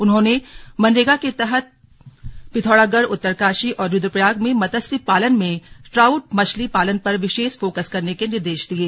उन्होंने मनरेगा के तहत पिथौरागढ़ उत्तरकाशी और रूद्रप्रयाग में मत्स्य पालन में ट्राउट मछली पालन पर विशेष फोकस करने के निर्देश दिये